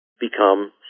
become